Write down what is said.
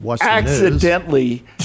accidentally